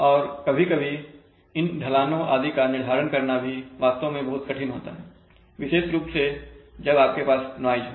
और कभी कभी इन ढलानों आदि का निर्धारण करना भी वास्तव में बहुत कठिन होता है विशेष रुप से जब आपके पास नॉइज हो